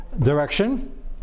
direction